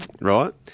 right